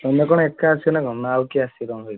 ତମେ କଣ ଏକା ଆସିବ ନା କଣ ନା ଆଉ କିଏ ଆସିବ ତମ ସହିତ